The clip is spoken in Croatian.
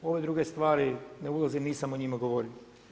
U ove druge stvari ne ulazim, nisam o njima govorio.